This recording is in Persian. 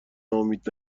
ناامید